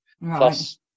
plus